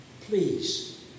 Please